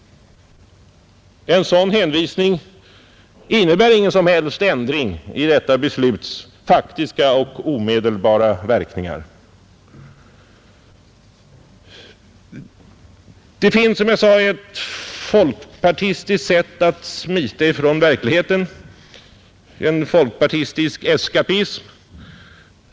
En sådan hänvisning innebär ingen som helst ändring i detta besluts faktiska och omedelbara verkningar. Det finns, som jag sade, ett folkpartistiskt sätt att smita från verkligheten, en folkpartistisk eskapism.